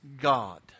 God